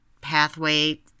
pathway